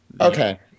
Okay